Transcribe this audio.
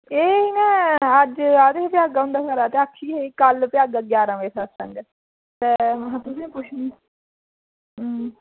एह् अज्ज आए ते उं'दे खरे कल्ल ते अज्ज ञारां बजे सत्संग ऐ ते में हा तुसेंगी पुच्छनी आं